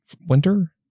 winter